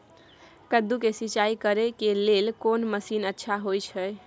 कद्दू के सिंचाई करे के लेल कोन मसीन अच्छा होय है?